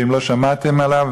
אם לא שמעתם עליו,